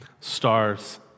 Stars